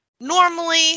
normally